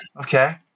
Okay